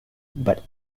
but